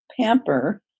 pamper